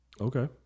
Okay